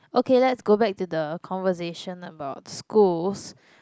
okay let's go back to the conversation about schools